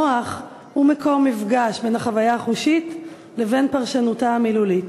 המוח הוא מקום מפגש בין החוויה החושית לבין פרשנותה המילולית.